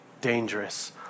dangerous